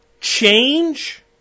change